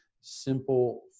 simple